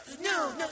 No